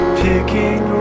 picking